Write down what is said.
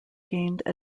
gained